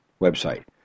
website